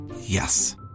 yes